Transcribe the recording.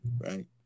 right